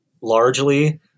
largely